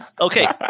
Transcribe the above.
Okay